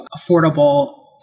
affordable